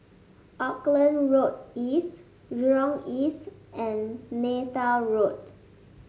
Auckland Road East Jurong East and Neythal Road